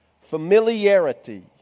familiarity